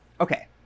Okay